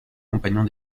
compagnons